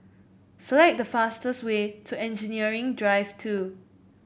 select the fastest way to Engineering Drive Two